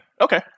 Okay